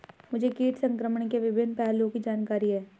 मुझे कीट संक्रमण के विभिन्न पहलुओं की जानकारी है